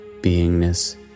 beingness